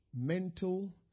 mental